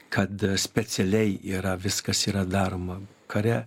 kad specialiai yra viskas yra daroma kare